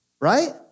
right